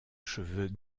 cheveux